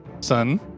son